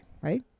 right